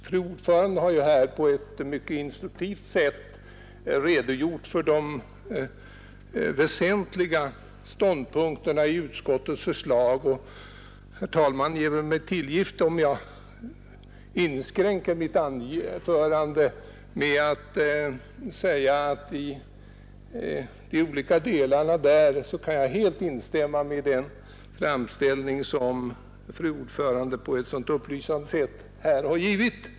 Fru ordföranden har ju här på ett mycket instruktivt sätt redogjort för de väsentliga ståndpunkterna i utskottets förslag, och herr talmannen ger mig väl tillgift om jag begränsar mitt anförande genom att i dessa delar helt instämma i den upplysande framställning som fru ordföranden givit.